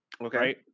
Okay